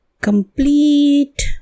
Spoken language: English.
complete